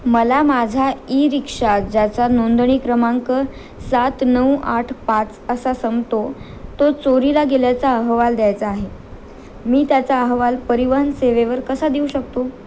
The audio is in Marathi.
मला माझा ई रिक्षा ज्याचा नोंदणी क्रमांक सात नऊ आठ पाच असा संपतो तो चोरीला गेल्याचा अहवाल द्यायचा आहे मी त्याचा अहवाल परिवहन सेवेवर कसा देऊ शकतो